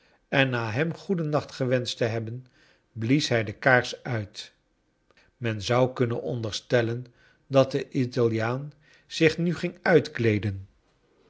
en na hem goeden nacht gewenscht te hebben blies hij de kaars uit men zou kunnen onderstellen dat de italiaan zich nu ging